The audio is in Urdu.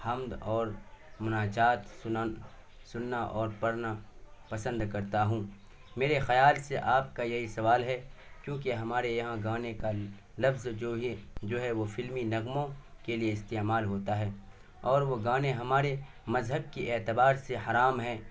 حمد اور مناجات سننا اور پڑھنا پسند کرتا ہوں میرے خیال سے آپ کا یہی سوال ہے کیونکہ ہمارے یہاں گانے کا لفظ جو یہ جو ہے وہ فلمی نغموں کے لیے استعمال ہوتا ہے اور وہ گانے ہمارے مذہب کے اعتبار سے حرام ہیں